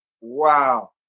Wow